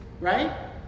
right